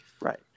Right